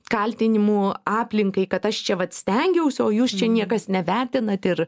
kaltinimų aplinkai kad aš čia vat stengiausi o jūs čia niekas nevertinat ir